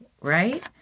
Right